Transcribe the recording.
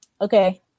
Okay